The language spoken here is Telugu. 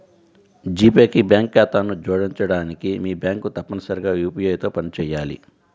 జీ పే కి బ్యాంక్ ఖాతాను జోడించడానికి, మీ బ్యాంక్ తప్పనిసరిగా యూ.పీ.ఐ తో పనిచేయాలి